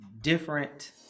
different